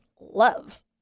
love